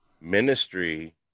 Ministry